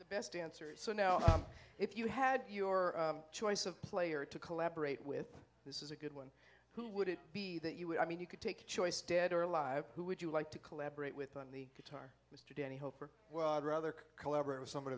the best dancers so know if you had your choice of player to collaborate with this is a good one who would it be that you would i mean you could take choice dead or alive who would you like to collaborate with on the guitar mr danny hope or well rather collaborate with some